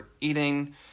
eating